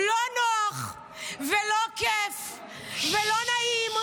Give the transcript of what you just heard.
לא נוח ולא כיף ולא נעים,